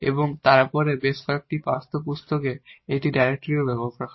এবং তারপরে বেশ কয়েকটি পাঠ্যপুস্তকে একটি ডিরেক্টরিও ব্যবহৃত হয়